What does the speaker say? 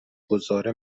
گذار